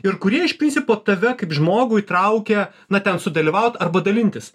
ir kurie iš principo tave kaip žmogų įtraukia na ten sudalyvaut arba dalintis